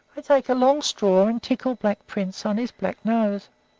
i take a long straw, and tickle black prince on his black nose.